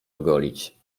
ogolić